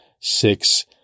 six